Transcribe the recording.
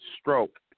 stroke